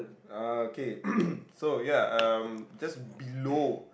okay so ya um just below